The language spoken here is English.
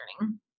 learning